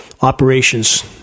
operations